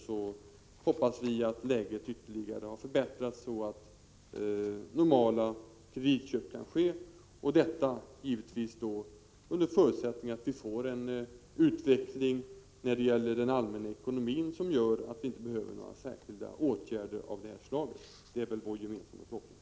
Vi hoppas att läget då ytterligare har förbättrats, så att kreditköp kan ske på normala villkor, givetvis under förutsättning att vi får en utveckling när det gäller den allmänna ekonomin som gör att vi inte behöver några särskilda åtgärder av det här slaget. Det förmodar jag är vår gemensamma förhoppning.